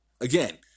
Again